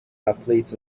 athletes